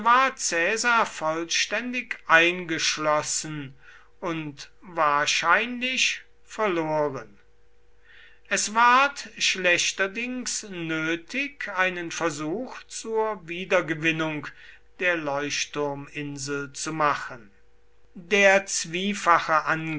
vollständig eingeschlossen und wahrscheinlich verloren es ward schlechterdings nötig einen versuch zur wiedergewinnung der leuchtturminsel zu machen der zwiefache